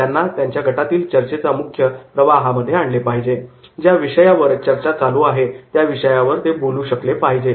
त्यामुळे त्यांना गटातील चर्चेच्या मुख्य प्रवाहामध्ये आणले पाहिजे आणि ज्या विषयावर चर्चा चालू आहे त्या विषयावर ते बोलू शकले पाहिजे